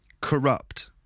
corrupt